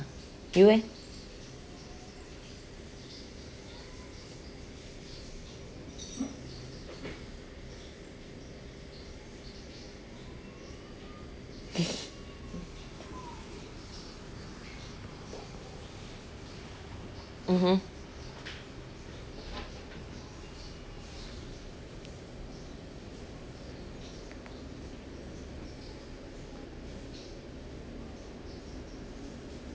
you eh mmhmm